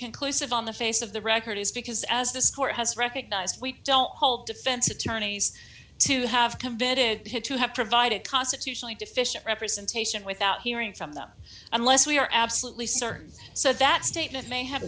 conclusive on the face of the record is because as this court has recognized we don't hold defense attorneys to have to vet it had to have provided constitutionally deficient representation without hearing from them unless we are absolutely certain so that statement may have